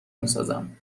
میسازم